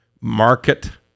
market